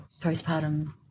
postpartum